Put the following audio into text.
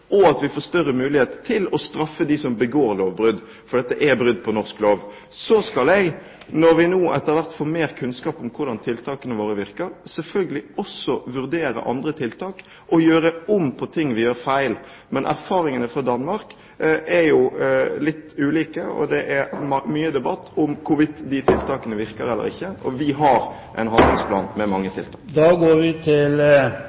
og at vi får større mulighet til å straffe dem som begår lovbrudd, for dette er brudd på norsk lov. Når vi nå har fått mer kunnskap om hvordan tiltakene våre virker, skal jeg selvfølgelig også vurdere andre tiltak og gjøre om på ting vi gjør feil. Men erfaringene fra Danmark er litt ulike, og det er mye debatt om hvorvidt de tiltakene virker eller ikke. Vi har en handlingsplan med mange